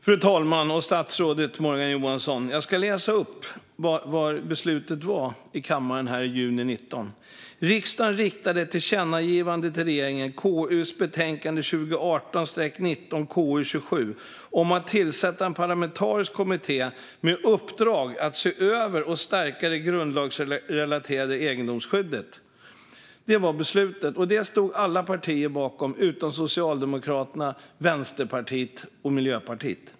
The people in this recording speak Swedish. Fru talman och statsrådet Morgan Johansson! Låt mig läsa upp beslutet som fattades i kammaren juni 2019. Riksdagen riktar ett tillkännagivande till regeringen i betänkande 2018/19:KU27 "om att tillsätta en parlamentariskt sammansatt kommitté med uppdrag att se över och stärka det grundlagsreglerade egendomsskyddet". Det var beslutet. Det stod alla partier bakom utom Socialdemokraterna, Vänsterpartiet och Miljöpartiet.